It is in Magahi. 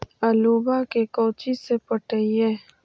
आलुआ के कोचि से पटाइए?